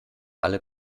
alle